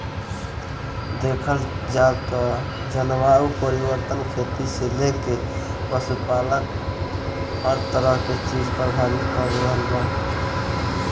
देखल जाव त जलवायु परिवर्तन खेती से लेके पशुपालन हर तरह के चीज के प्रभावित कर रहल बा